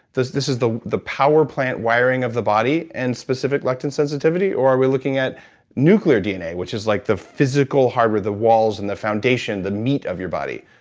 this this is the the power plant wiring of the body, and specific lectin sensitivity? or are we looking at nuclear dna, which is like the physical hardware, the walls and the foundation, the meat of your body?